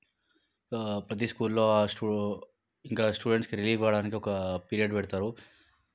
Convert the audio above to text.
ప్రతి స్కూల్లో సు ఇంకా స్టూడెంట్స్ రీలీఫ్ అవ్వడానికి ఒక పీరియడ్ పెడతారు